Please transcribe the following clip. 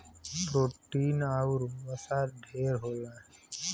protein आउर वसा ढेर होला